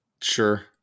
sure